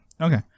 Okay